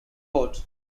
court